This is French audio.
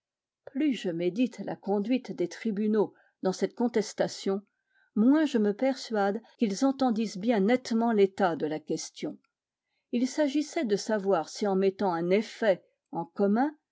plus je médite la conduite des tribunaux dans cette contestation moins je me persuade qu'ils